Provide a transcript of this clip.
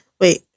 Wait